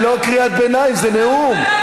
זו לא קריאת ביניים, זה נאום.